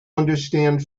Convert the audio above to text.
understand